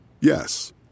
Yes